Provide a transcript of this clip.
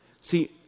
See